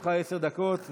לרשותך עשר דקות.